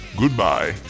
goodbye